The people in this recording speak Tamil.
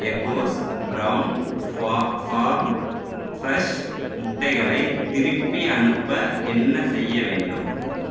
எக்கோஸ் ப்ரவுன் ஃபா ஃபார்ம் ஃப்ரெஷ் முட்டைகளை திருப்பி அனுப்ப என்ன செய்ய வேண்டும்